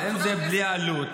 אבל אם זה ללא עלות,